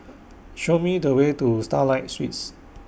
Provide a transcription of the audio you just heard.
Show Me The Way to Starlight Suites